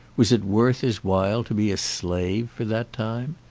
was it worth his while to be a slave for that time?